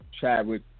Chadwick